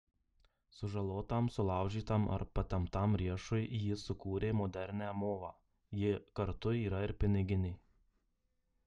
sužalotam sulaužytam ar patemptam riešui ji sukūrė modernią movą ji kartu yra ir piniginė